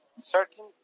certain